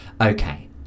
Okay